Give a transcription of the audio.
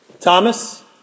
Thomas